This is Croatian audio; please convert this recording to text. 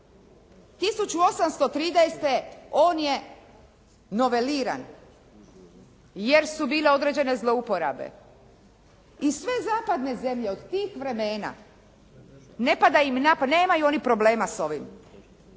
1813. on je noveliran jer su bile određene zlouporabe i sve zapadne zemlje od tih vremena ne pada im